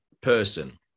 person